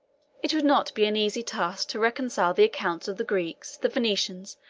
it would not be an easy task to reconcile the accounts of the greeks, the venetians,